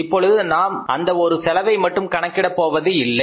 இப்பொழுது நாம் அந்த ஒரு செலவை மட்டும் கணக்கிடபோவதில்லை